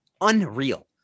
Unreal